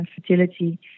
fertility